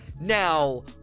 Now